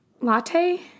Latte